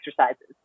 exercises